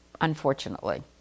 unfortunately